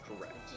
Correct